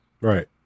Right